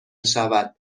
شود